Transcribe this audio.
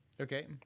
Okay